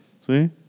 See